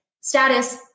status